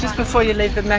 before you leave, the